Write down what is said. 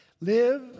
Live